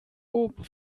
oben